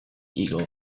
eagle